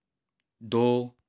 ਦੋ